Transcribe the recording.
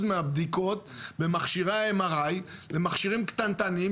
מהבדיקות במכשירי ה-MRI למכשירים קטנטנים,